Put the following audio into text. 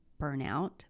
burnout